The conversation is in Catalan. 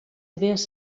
idees